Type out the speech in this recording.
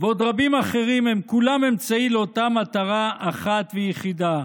ועוד רבים אחרים הם כולם אמצעי לאותה מטרה אחת ויחידה,